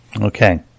Okay